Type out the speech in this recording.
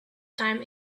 time